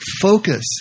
Focus